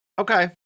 okay